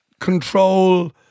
control